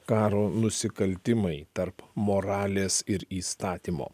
karo nusikaltimai tarp moralės ir įstatymo